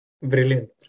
Brilliant